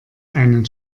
einen